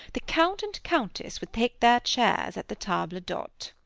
the count and countess would take their chairs at the table-d'hote?